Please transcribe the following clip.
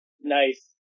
Nice